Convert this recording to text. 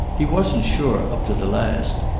he wasn't sure up to the last.